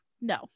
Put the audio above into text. no